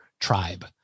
tribe